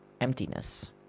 emptiness